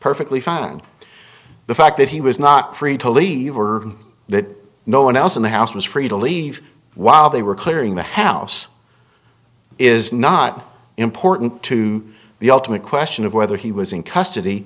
perfectly fine the fact that he was not free to leave or that no one else in the house was free to leave while they were clearing the house is not important to the ultimate question of whether he was in custody